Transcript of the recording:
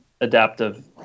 adaptive